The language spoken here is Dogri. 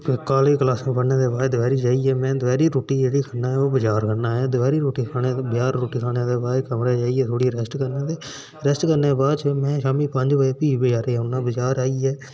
काॅलेज क्लासां पढ़ने दे बाद दोपैह्री रुट्टी जेह्ड़ी खन्नां ओह् बजार खन्नां ऐ दोपैह्री बजार रुट्टी खाने दे बाद कमरै जाइयै थोह्ड़ी रैस्ट करना ऐ रैस्ट करने दे बाद में फ्ही शामी बजारै गी औन्नां बजार आइयै